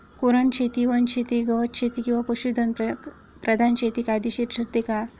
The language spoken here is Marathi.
कुरणशेती, वनशेती, गवतशेती किंवा पशुधन प्रधान शेती फायदेशीर ठरते का?